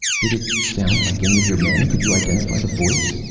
did it sound like any of your men? could you identify the voice?